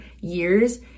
years